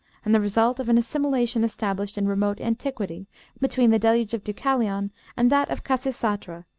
and the result of an assimilation established in remote antiquity between the deluge of deucalion and that of khasisatra,